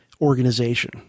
organization